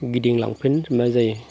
गिदिंलानफिननाय जायो